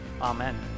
amen